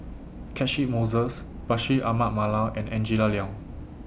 Catchick Moses Bashir Ahmad Mallal and Angela Liong